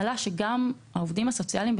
ועלה שגם העובדים הסוציאליים,